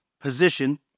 position